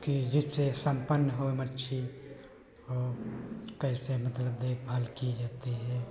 कि जिससे सम्पन्न हो मछली और कैसे मतलब देखभाल की जाती है